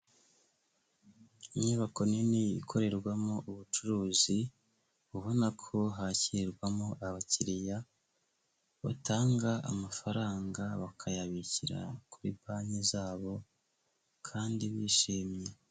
Inyubako nini ikorerwamo ubucuruzi, ubona ko hakirirwamo abakiriya, batanga amafaranga bakayabikira kuri banki zabo, kandi bishimye.